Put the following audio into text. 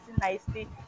nicely